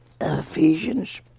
Ephesians